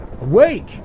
Awake